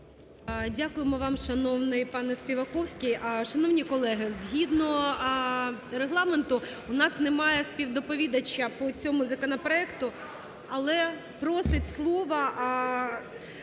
Дякуємо вам, шановний пане Співаковський. Шановні колеги! Згідно Регламенту у нас немає співдоповідача по цьому законопроекту. Але просить слово